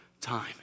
time